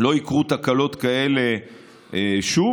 לא יקרו תקלות כאלה שוב.